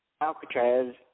Alcatraz